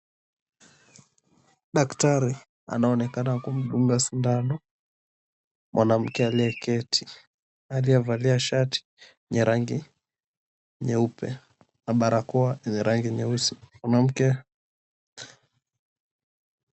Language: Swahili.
Daktari anaonekana kumdunga sindano mwanamke aliyeketi, aliyevalia shati yenye rangi nyeupe na barakoa yenye rangi nyeusi. Mwanamke...